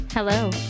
Hello